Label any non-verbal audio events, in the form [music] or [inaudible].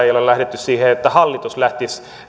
[unintelligible] ei ole lähdetty siihen että hallitus lähtisi